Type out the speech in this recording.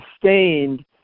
sustained